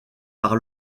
par